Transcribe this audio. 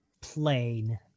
plain